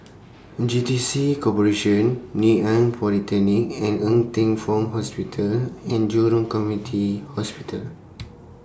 J T C Corporation Ngee Ann Polytechnic and Ng Teng Fong Hospital and Jurong Commity Hospital